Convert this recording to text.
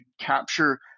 capture –